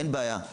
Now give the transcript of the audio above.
אין בעיה,